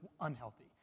unhealthy